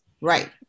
Right